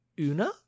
Una